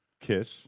kiss